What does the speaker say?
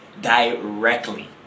directly